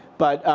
but,